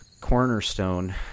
cornerstone